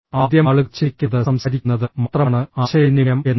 ആദ്യം ആളുകൾ ചിന്തിക്കുന്നത് സംസാരിക്കുന്നത് മാത്രമാണ് ആശയവിനിമയം എന്നാണ്